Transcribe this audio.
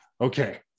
Okay